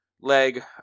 leg